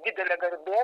didelė garbė